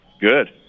good